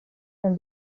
than